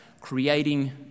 creating